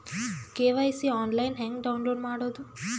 KYC online ಹೆಂಗ್ download ಮಾಡೋದು?